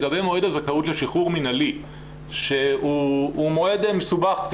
לגבי מועד הזכאות לשחרור מינהלי שהוא מועד מסובך,